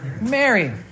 Mary